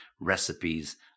recipes